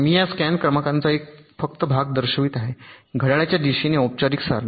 मी या स्कॅन क्रमांकाचा फक्त एक भाग दर्शवित आहे घड्याळाच्या दिशेने औपचारिक सारणी